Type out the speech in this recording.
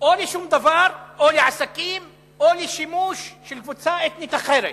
או לשום דבר או לעסקים או לשימוש של קבוצה אתנית אחרת.